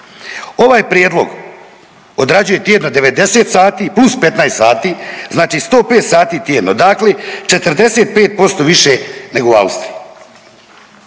Ovaj prijedlog odrađuje tjedno 90 sati plus 15 sati, znači 105 sati tjedno dakle 45% više nego u Austriji.